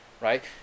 right